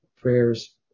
prayers